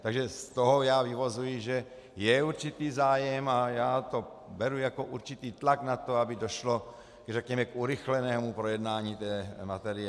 Z toho vyvozuji, že je určitý zájem, a já to beru jako určitý tlak na to, aby došlo, řekněme, k urychlenému projednání materie.